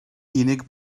unig